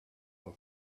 for